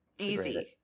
Easy